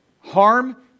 harm